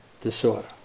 disorder